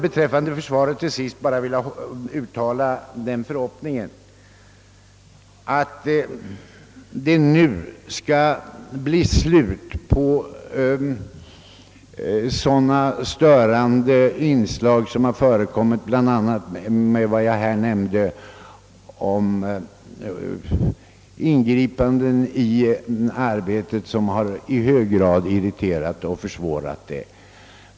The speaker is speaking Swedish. Beträffande försvaret vill jag vidare uttala den förhoppningen att det nu skall bli slut på de ganska störande inslag som har förekommit, bland annat de ingripanden som jag här nämnde om och som irriterat och försvårat arbetet.